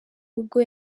ubwo